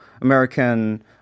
American